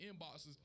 inboxes